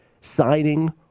signing